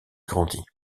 grandit